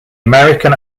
american